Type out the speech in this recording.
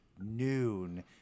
noon